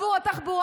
עבור התחבורה,